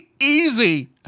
easy